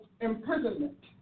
imprisonment